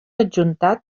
adjuntat